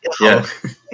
Yes